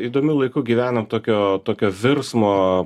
įdomiu laiku gyvenam tokio tokio virsmo